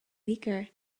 weaker